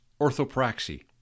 orthopraxy